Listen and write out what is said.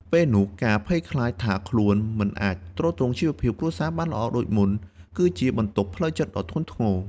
ពេលនោះការភ័យខ្លាចថាខ្លួនមិនអាចទ្រទ្រង់ជីវភាពគ្រួសារបានល្អដូចមុន គឺជាបន្ទុកផ្លូវចិត្តដ៏ធ្ងន់ធ្ងរ។